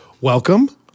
welcome